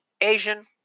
asian